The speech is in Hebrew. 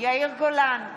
יאיר גולן,